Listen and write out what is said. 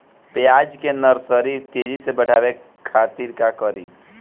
प्याज के नर्सरी तेजी से बढ़ावे के खातिर का करी?